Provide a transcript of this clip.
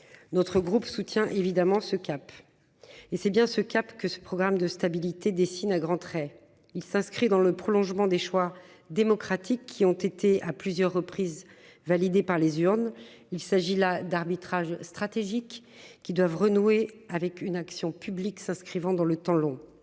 Notre groupe soutient évidemment ce cap. Et c'est bien ce CAP que ce programme de stabilité dessine à grands traits. Il s'inscrit dans le prolongement des choix démocratiques qui ont été à plusieurs reprises, validé par les urnes. Il s'agit là d'arbitrage stratégiques qui doivent renouer avec une action publique s'inscrivant dans le temps long.